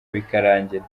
bikarangira